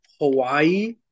Hawaii